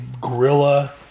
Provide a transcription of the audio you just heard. gorilla